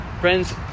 Friends